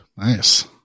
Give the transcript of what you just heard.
Nice